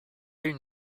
une